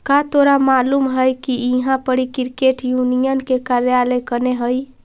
का तोरा मालूम है कि इहाँ पड़ी क्रेडिट यूनियन के कार्यालय कने हई?